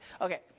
okay